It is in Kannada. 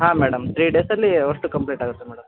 ಹಾಂ ಮೇಡಮ್ ತ್ರೀ ಡೇಸಲ್ಲಿ ಅಷ್ಟು ಕಂಪ್ಲೀಟ್ ಆಗುತ್ತೆ ಮೇಡಮ್